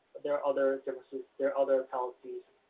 there are other differences, there are other penalties,